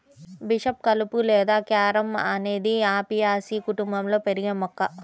bishop కలుపు లేదా carom అనేది అపియాసి కుటుంబంలో పెరిగే మొక్క